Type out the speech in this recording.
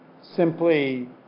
simply